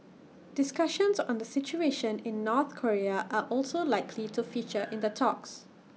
discussions on the situation in North Korea are also likely to feature in the talks